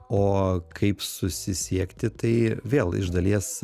o kaip susisiekti tai vėl iš dalies